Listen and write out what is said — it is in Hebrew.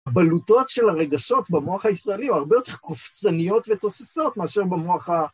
הבלוטות של הרגשות במוח הישראלי היו הרבה יותר קופצניות ותוססות מאשר במוח ה...